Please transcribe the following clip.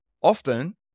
Often